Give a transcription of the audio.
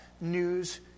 news